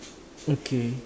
okay